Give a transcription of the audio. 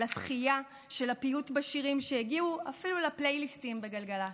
על התחייה של הפיוט בשירים שהגיעו אפילו לפלייליסטים בגלגל"צ,